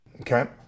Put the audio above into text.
Okay